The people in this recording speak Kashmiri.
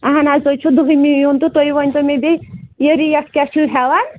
اَہَن حظ تُہۍ چھُو دٔہمہِ یُن تہٕ تُہۍ ؤنۍتَو مےٚ بیٚیہِ یہِ ریٹ کیٛاہ چھُو ہٮ۪وان